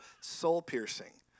soul-piercing